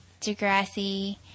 Degrassi –